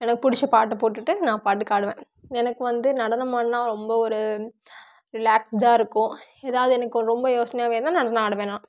எனக்கு பிடிச்ச பாட்டை போட்டுகிட்டு நான் பாட்டுக்கு ஆடுவேன் எனக்கு வந்து நடனம் ஆடினா ரொம்ப ஒரு ரிலேக்ஸ்டாக இருக்கும் ஏதாவது எனக்கு ரொம்ப யோசனையாகவே இருந்தால் நடனம் ஆடுவேன் நான்